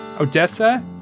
Odessa